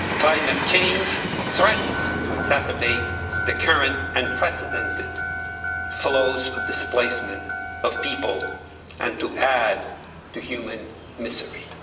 climate change threatens to exacerbate the current unprecedented flows of displacement of people and to add to human misery.